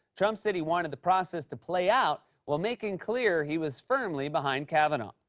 trump said he wanted the process to play out while making clear he was firmly behind kavanaugh.